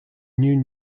new